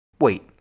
Wait